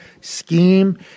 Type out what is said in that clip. scheme